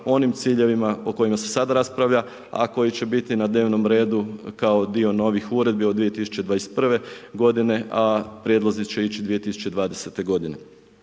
onim ciljevima o kojima se sada raspravlja, a koji će biti na dnevnom redu kao dio novih uredbi od 2021. godine, a prijedlozi će ići 2020. godine.